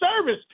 Service